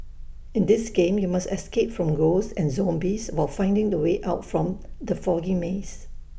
in this game you must escape from ghosts and zombies while finding the way out from the foggy maze